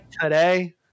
today